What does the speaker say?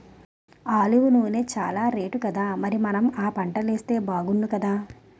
olive నూనె చానా రేటుకదా మరి మనం ఆ పంటలేస్తే బాగుణ్ణుకదా